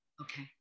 Okay